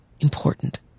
important